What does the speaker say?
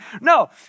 No